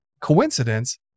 coincidence